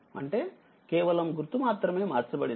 అంటేకేవలంగుర్తు మాత్రమే మార్చబడింది